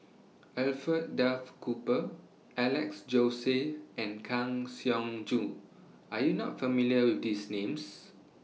Alfred Duff Cooper Alex Josey and Kang Siong Joo Are YOU not familiar with These Names